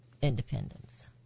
independence